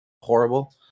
horrible